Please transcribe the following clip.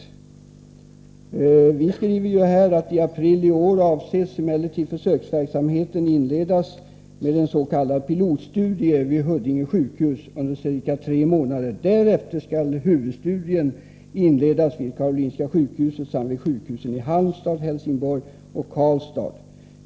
Beträffande motion 784 skriver socialutskottet: ”TI april i år avses emellertid försöksverksamheten inledas med en s.k. pilotstudie vid Huddinge sjukhus under cirka tre månader. Därefter skall huvudstudien inledas vid Karolinska sjukhuset samt vid sjukhusen i Halmstad, Hälsingborg och Karlstad.